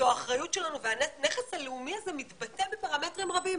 זו האחריות שלנו והנכס הלאומי הזה מתבטא בפרמטרים רבים.